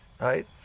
Right